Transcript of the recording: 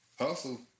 Hustle